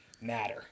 matter